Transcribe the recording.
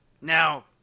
Now